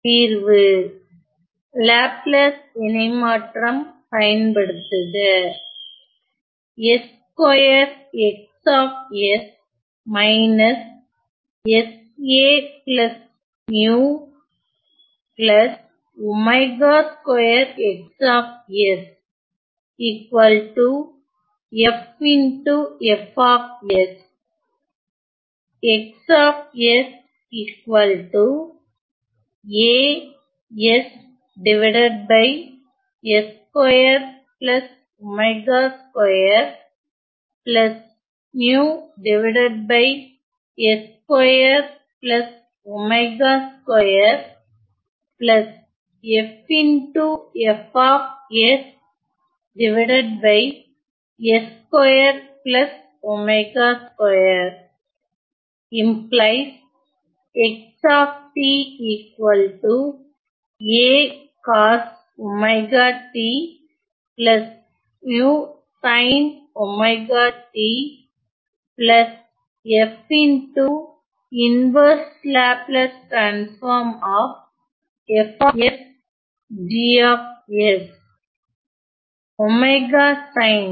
தீர்வு லாப்லேஸ் இணைமாற்றம் பயன்படுத்துக ஒமேகா சைன்